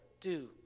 do